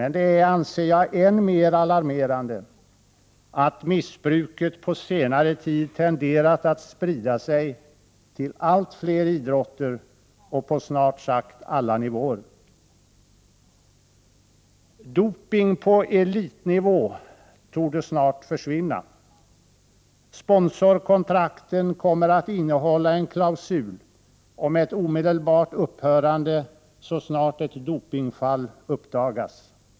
Det är, anser jag, än mer alarmerande att missbruket på senare tid tenderat att sprida sig till allt fler idrotter och på snart sagt alla nivåer. Doping på elitnivå torde snart försvinna. Sponsorkontrakten kommer att innehålla en klausul om ett omedelbart upphörande så snart ett dopingfall uppdagas.